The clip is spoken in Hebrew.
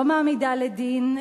לא מעמידה לדין.